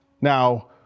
Now